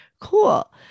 cool